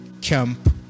camp